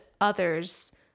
others